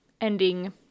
ending